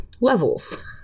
levels